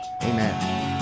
amen